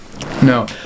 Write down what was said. no